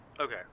Okay